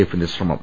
എഫിന്റെ ശ്രമം